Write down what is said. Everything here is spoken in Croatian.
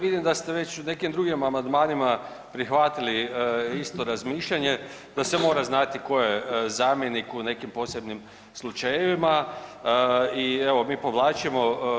Ali vidim da ste već u nekim drugim amandmanima prihvatili isto razmišljanje da se mora znati tko je zamjenik u nekim posebnim slučajevima i evo mi povlačimo.